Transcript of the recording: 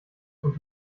und